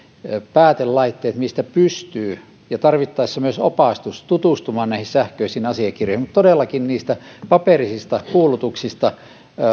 päätelaitteet mistä pystyy ja tarvittaessa myös opastus tutustumaan näihin sähköisiin asiakirjoihin mutta todellakin niistä paperisista kuulutuksista